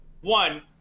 One